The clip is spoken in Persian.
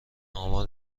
آمار